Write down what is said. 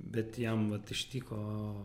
bet jam vat ištiko